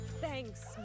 thanks